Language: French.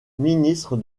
ministre